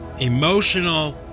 emotional